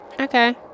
Okay